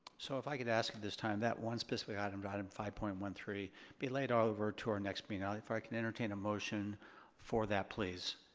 so if i could ask at this time that one specific item to item five point one three be laid over to our next meeting. ah like if i can entertain a motion for that, please?